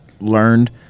learned